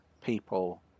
people